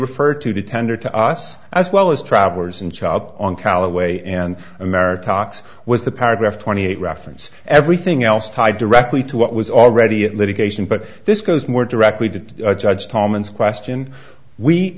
referred to the tender to us as well as travelers and child on callaway and america talks was the paragraph twenty eight reference everything else tied directly to what was already at litigation but this goes more directly to judge thomas question we